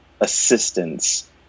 assistance